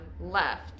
left